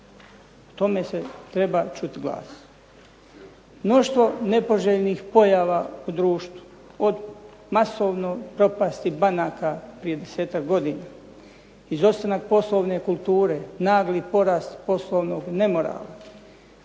O tome se treba čuti glas. Mnoštvo nepoželjnih pojava u društvu od masovne propasti banaka prije desetak godina, izostanak poslovne kulture, nagli porast poslovnog nemorala,